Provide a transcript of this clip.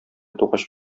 тугач